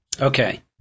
Okay